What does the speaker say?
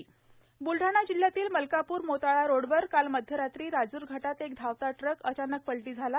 अपघात ब्लढाणा ब्लढाणा जिल्हयातील मलकाप्र मोताळा रोडवर काल मध्यरात्री राजूर घाटात एक धावता ट्रक अचानक पलटी झाला